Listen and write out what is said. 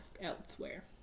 elsewhere